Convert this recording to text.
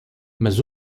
mas